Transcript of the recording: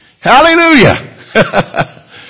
Hallelujah